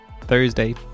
Thursday